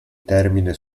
termine